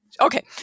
Okay